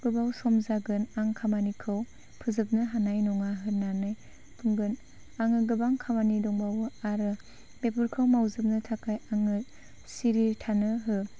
गोबाव सम जागोन आं खामानिखौ फोजोबनो हानाय नङा होननानै बुंगोन आङो गोबां खामानि दंबावो आरो बेफोरखौ मावजोबनो थाखाय आङो सिरि थानो हो